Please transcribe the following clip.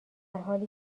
حالی